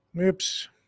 Oops